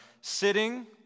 sitting